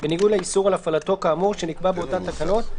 בניגוד לאיסור על הפעלתו כאמור שנקבע באותן תקנות,